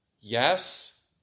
yes